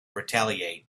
retaliate